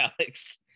Alex